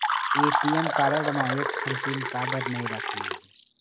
ATM card म एक ठन पिन काबर नई रखना हे?